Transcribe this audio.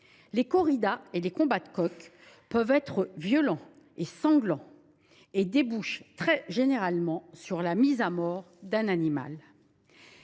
les corridas et les combats de coqs peuvent être violents et sanglants, et débouchent généralement sur la mise à mort d’un animal.